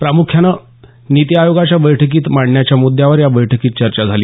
प्रामुख्यानं निती आयोगाच्या बैठकीत मांडण्याच्या मुद्दांवर या बैठकीत चर्चा झाली